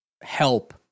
help